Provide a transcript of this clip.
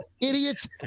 idiots